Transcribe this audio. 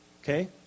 Okay